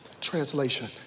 Translation